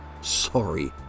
Sorry